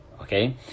Okay